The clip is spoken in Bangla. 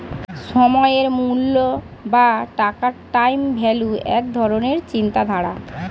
সময়ের মূল্য বা টাকার টাইম ভ্যালু এক ধরণের চিন্তাধারা